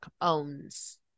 Owns